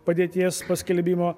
padėties paskelbimo